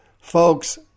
Folks